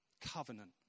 covenant